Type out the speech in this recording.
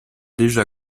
déjà